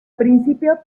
principio